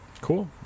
cool